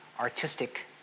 artistic